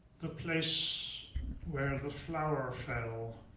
the place where the flower fell.